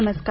नमस्कार